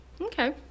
Okay